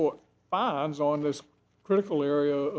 court bonds on this critical area